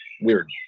weird